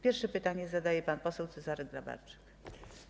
Pierwsze pytanie zadaje pan poseł Cezary Grabarczyk.